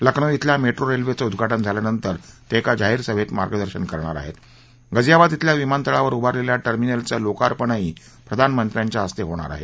लखनौ शिल्या मेट्रोरेल्वेचं उद्वाटन झाल्यानंतर ते एका जाहीर सभेत मार्गदर्शन करणार आहेत गाझियाबाद बेल्या विमानतळावर उभारलेल्या टर्मिनलचं लोकार्पणही प्रधानमंत्र्यांच्या हस्ते होणार आहे